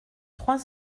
trois